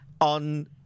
on